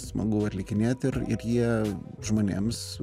smagu atlikinėti ir ir jie žmonėms